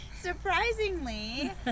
Surprisingly